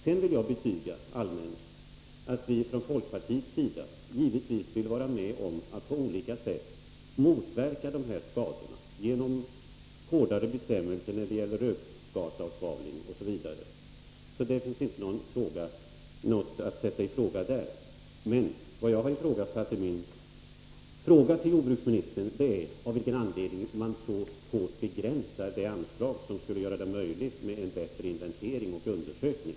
och vatten Jag vill allmänt betyga att vi från folkpartiets sida givetvis vill vara med om att på olika sätt motverka dessa skador genom hårdare bestämmelser när det gäller rökgasavsvavling osv. Det finns inte något att sätta i fråga där. Vad jag vill veta med min fråga till jordbruksministern är av vilken anledning man så hårt begränsar det anslag som skulle göra det möjligt med en bättre inventering och undersökning?